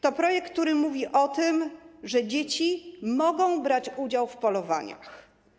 To projekt, który mówi o tym, że dzieci mogą brać udział w polowaniach.